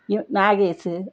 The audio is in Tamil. இவன் நாகேஷ்